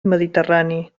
mediterrani